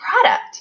product